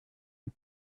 and